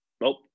Nope